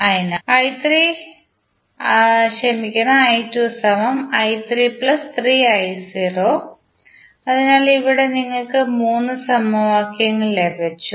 അതിനാൽ അതിനാൽ ഇവിടെ നിങ്ങൾക്ക് മൂന്ന് സമവാക്യങ്ങൾ ലഭിച്ചു